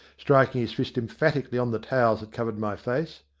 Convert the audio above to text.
striking his fist emphatically on the towels that covered my face.